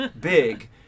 big